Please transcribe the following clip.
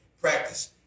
practice